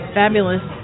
fabulous